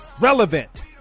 relevant